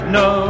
no